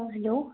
hello